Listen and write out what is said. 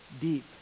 deep